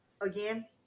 again